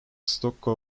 stucco